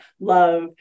love